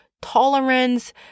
tolerance